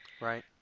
Right